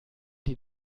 die